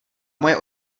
moje